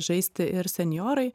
žaisti ir senjorai